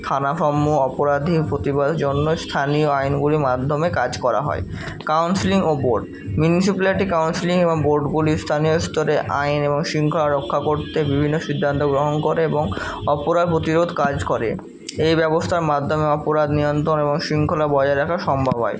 থানাসমূহ অপরাধীর জন্য স্থানীয় আইনগুলি মাধ্যমে কাজ করা হয় কাউন্সিলিং ও বোর্ড মিউনিসিপ্যালিটি কাউন্সিলিং এবং বোর্ডগুলি স্থানীয় স্তরে আইন এবং শৃঙ্খলা রক্ষা করতে বিভিন্ন সিদ্ধান্ত গ্রহণ করে এবং অপরাধ প্রতিরোধ কাজ করে এই ব্যবস্থার মাধ্যমে অপরাধ নিয়ন্ত্রণ এবং শৃঙ্খলা বজায় রাখা সম্ভব হয়